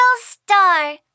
star